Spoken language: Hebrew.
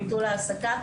ביטול העסקה.